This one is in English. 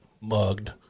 mugged